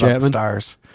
stars